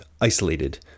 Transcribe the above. isolated